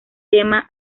tema